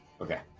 Okay